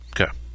Okay